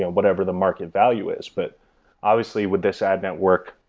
yeah whatever the market value is. but obviously, with this ad network,